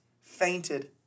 fainted